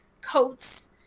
coats